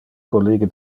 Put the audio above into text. collige